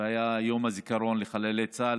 והיה יום הזיכרון לחללי צה"ל,